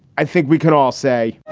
i think we can all say